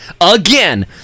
again